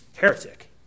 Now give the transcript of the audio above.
Heretic